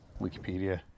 wikipedia